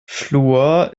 fluor